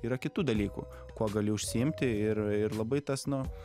yra kitų dalykų kuo gali užsiimti ir ir labai tas nu